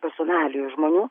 personalijų žmonių